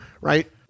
right